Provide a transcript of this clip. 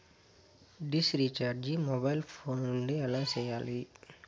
dish recharge mobile phone నుండి ఎలా సేయాలి